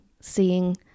seeing